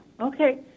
okay